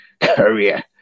career